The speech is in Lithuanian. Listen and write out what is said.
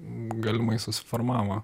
galimai susiformavo